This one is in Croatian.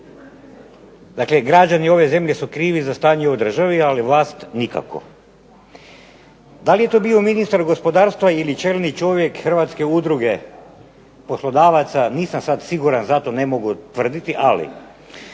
Dakle građani ove zemlje su krivi za stanje u državi, ali vlast nikako. Da li je to bio ministar gospodarstva ili čelni čovjek hrvatske udruge poslodavaca, nisam sad siguran zato ne mogu tvrditi, ali